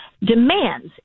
demands